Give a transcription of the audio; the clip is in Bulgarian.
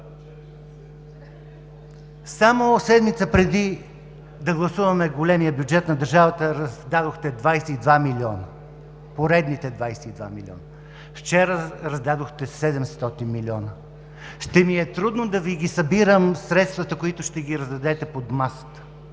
Само седмица преди да гласуваме големия бюджет на държавата, раздадохте 22 милиона, поредните 22 милиона. Вчера раздадохте 700 милиона. Ще ми е трудно да Ви събирам средствата, които ще раздадете под масата,